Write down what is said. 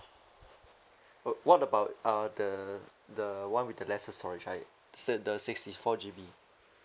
but what about uh the the one with the lesser storage like say the sixty four G_B